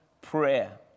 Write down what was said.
prayer